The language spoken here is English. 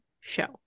show